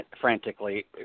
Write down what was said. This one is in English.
frantically